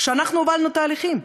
כשאנחנו הובלנו תהליכים,